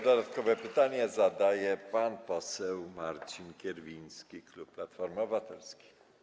Dodatkowe pytanie zadaje pan poseł Marcin Kierwiński, klub Platforma Obywatelska.